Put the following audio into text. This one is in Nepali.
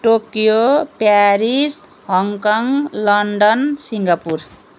Tokyo Paris Hong Kong London Singapore